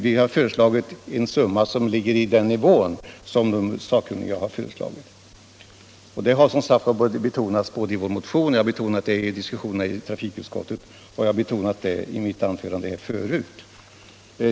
Vi har föreslagit en summa som ligger på den nivå som de sakkunniga har föreslagit, och det har som sagt betonats i vår motion, jag har betonat det under diskussionerna i trafikutskottet och i mitt anförande tidigare.